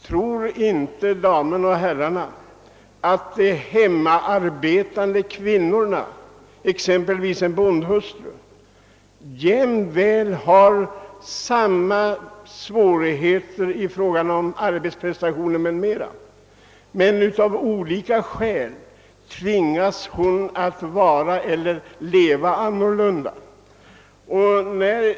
Tror inte damerna och her rarna att de hemarbetande kvinnorna — exempelvis en bondhustru — har samma svårigheter då det gäller arbetsprestationen? Av olika skäl tvingas dock en sådan kvinna att leva annorlunda.